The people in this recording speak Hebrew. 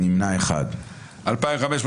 3 בעד, 8 נגד, 2 נמנעים.